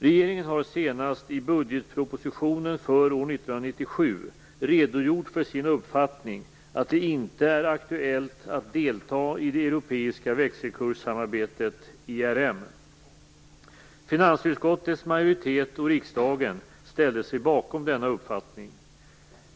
Regeringen har senast i budgetpropositionen för år 1997 redogjort för sin uppfattning att det inte är aktuellt att delta i det europeiska växelkurssamarbetet ERM. Finansutskottets majoritet och riksdagen ställde sig bakom denna uppfattning.